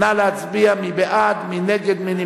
על כל פנים, 18 בעד, אין מתנגדים,